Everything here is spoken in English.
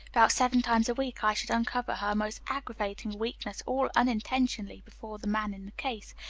about seven times a week i should uncover her most aggravating weakness all unintentionally before the man in the case,